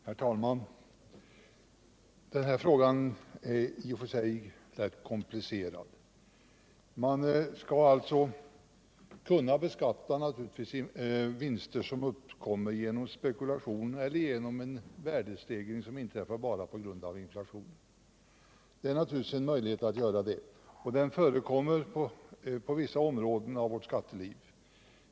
Herr talman! Den här frågan är ju i och för sig rätt komplicerad. Man skall naturligtvis kunna beskatta vinster som uppkommer genom spekulation eller genom en värdestegring som inträffar bara på grund av inflation. Det finns givetvis en möjlighet att göra det, och den förekommer på vissa delar av vårt skatteområde.